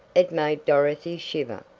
it made dorothy shiver.